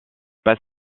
pas